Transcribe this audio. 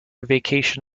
vacation